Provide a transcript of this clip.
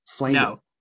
No